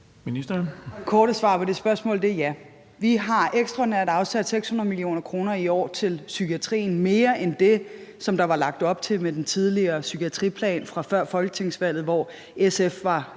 korte svar på det spørgsmål er ja. Vi har ekstraordinært afsat 600 mio. kr. i år til psykiatrien – mere end det, som der var lagt op til med den tidligere psykiatriplan fra før folketingsvalget, hvor SF var